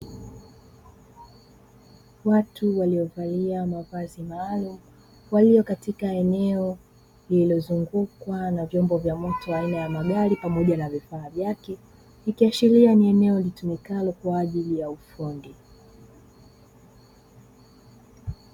Watu waliovalia mavazi maalumu, walio katika eneo lililozungukwa na vyombo vya moto aina ya magari pamoja na vifaa vyake, ikiashiria ni eneo litumikalo kwa ajili ya ufundi.